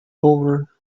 over